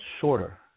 shorter